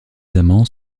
amants